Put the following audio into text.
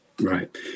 right